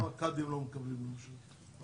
אני